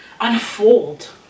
unfold